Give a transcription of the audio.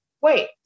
wait